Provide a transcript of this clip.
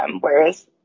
whereas